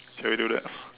shall we do that